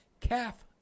calf